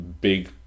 big